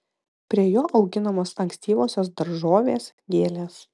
prie jo auginamos ankstyvosios daržovės gėlės